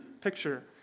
picture